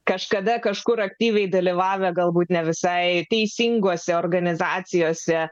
kažkada kažkur aktyviai dalyvavę galbūt ne visai teisinguose organizacijose